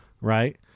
Right